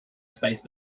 space